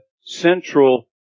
central